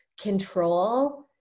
control